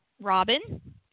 robin